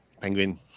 Penguin